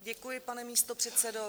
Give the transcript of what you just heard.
Děkuji pane místopředsedo.